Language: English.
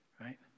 right